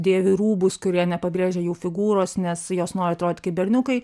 dėvi rūbus kurie nepabrėžia jų figūros nes jos nori atrodyt kaip berniukai